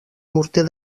morter